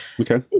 Okay